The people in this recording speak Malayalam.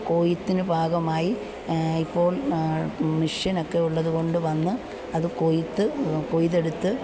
കൊയ്ത്തിന് പാകമായി ഇപ്പോൾ മിഷൻ ഒക്കെ ഉള്ളതുകൊണ്ട് വന്നു അത് കൊയ്ത്ത് കൊയ്തെടുത്ത്